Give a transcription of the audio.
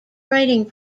writing